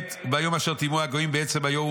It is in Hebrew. בעת וביום אשר טימאוהו הגויים בעצם היום ההוא